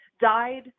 died